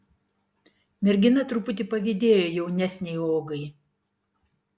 mergina truputį pavydėjo jaunesnei ogai